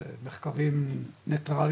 מחקרים ניטרליים.